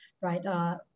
right